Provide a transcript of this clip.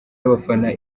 y’abafana